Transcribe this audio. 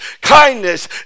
kindness